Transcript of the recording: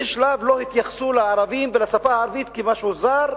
באיזה שלב לא התייחסו לערבים ולשפה הערבית כמשהו זר,